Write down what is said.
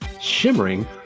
shimmering